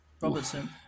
Robertson